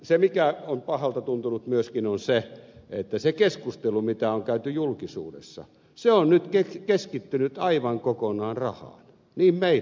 se mikä on pahalta tuntunut myöskin on se että se keskustelu mitä on käyty julkisuudessa on nyt keskittynyt aivan kokonaan rahaan niin meilläkin oulussa